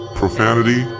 profanity